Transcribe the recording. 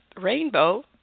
rainbow